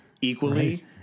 equally